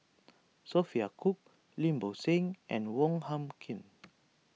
Sophia Cooke Lim Bo Seng and Wong Hung Khim